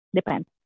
Depends